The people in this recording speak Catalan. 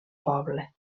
poble